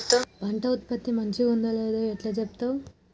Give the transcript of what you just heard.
పంట ఉత్పత్తి మంచిగుందో లేదో ఎట్లా చెప్తవ్?